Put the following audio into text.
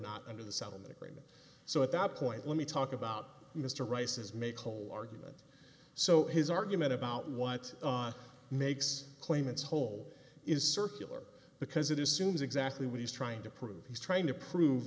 not under the settlement agreement so at that point let me talk about mr rice's make whole argument so his argument about what makes claimants whole is circular because it assumes exactly what he's trying to prove he's trying to prove